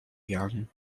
young